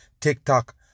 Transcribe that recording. TikTok